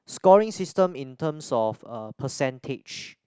scoring system in terms of uh percentage